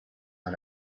and